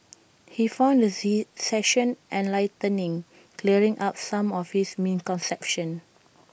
he found the Z session enlightening clearing up some of his misconceptions